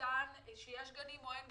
שניתן כשיש גנים או אין גנים.